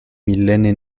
millenni